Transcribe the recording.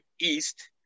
east